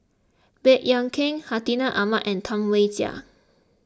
Baey Yam Keng Hartinah Ahmad and Tam Wai Jia